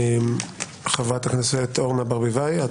חברת הכנסת אורנה ברביבאי.